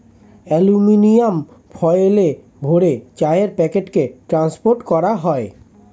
aluminium ফয়েলে ভরে চায়ের প্যাকেটকে ট্রান্সপোর্ট করা হয়